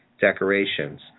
decorations